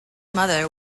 mother